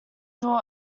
draw